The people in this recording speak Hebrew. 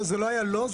זה לא היה לא.